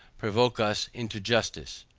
provoke us into justice.